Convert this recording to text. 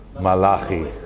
Malachi